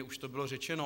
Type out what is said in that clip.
Už to bylo řečeno.